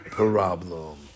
problem